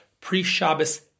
pre-Shabbos